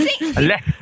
Let